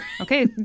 Okay